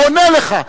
הוא עונה לך.